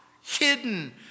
hidden